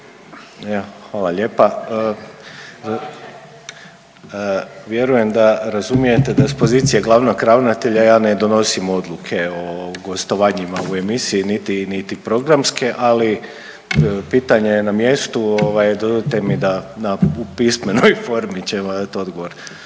Hvala lijepa. Vjerujem da razumijete da s pozicije glavnog ravnatelja ja ne donosim odluke o gostovanjima u emisiji niti programske. Ali pitanje je na mjestu. Dozvolite mi da u pismenoj formi ćemo dati